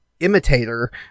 imitator